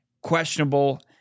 questionable